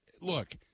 Look